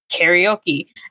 karaoke